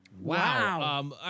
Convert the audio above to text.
Wow